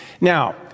Now